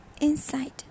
inside